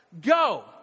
Go